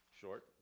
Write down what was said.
short